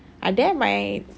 ah there my